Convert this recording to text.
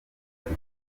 ari